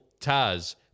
Taz